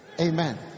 Amen